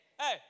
hey